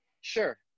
sure